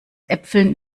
äpfeln